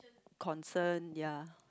concern ya